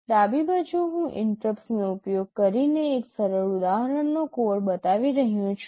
ડાબી બાજુ હું ઈન્ટ્રપ્ટ્સનો ઉપયોગ કરીને એક સરળ ઉદાહરણનો કોડ બતાવી રહ્યો છું